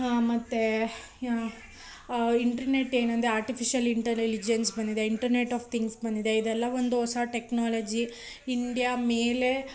ಮತ್ತು ಇಂಟ್ರ್ನೆಟ್ ಏನಂದರೆ artificial intelligence ಬಂದಿದೆ ಇಂಟ್ರ್ನೆಟ್ ಆಫ್ ಥಿಂಗ್ಸ್ ಬಂದಿದೆ ಇದೆಲ್ಲ ಒಂದು ಹೊಸ ಟೆಕ್ನಾಲಜಿ ಇಂಡ್ಯಾ ಮೇಲೆ